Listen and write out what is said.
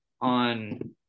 on